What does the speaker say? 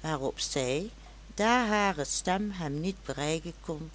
waarop zij daar hare stem hem niet bereiken kon